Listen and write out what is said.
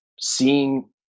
Seeing